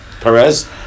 Perez